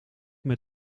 met